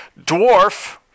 dwarf